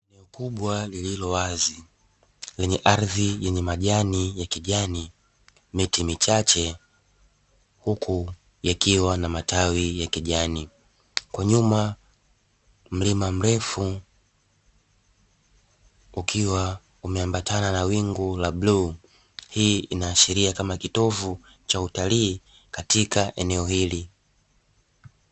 Eneo kubwa lililowazi lenye ardhi yenye majani ya kijani, miti michache, huku yakiwa na matawi ya kijani. Kwa nyuma; mlima mrefu ukiwa umeambatana na wingu la bluu. Hii inaashiria kama kitovu cha utalii katika eneo hili.